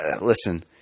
listen